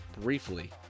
briefly